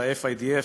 של ה-FIDF,